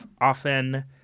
often